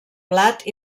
blat